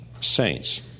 saints